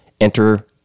Enter